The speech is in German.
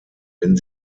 wenn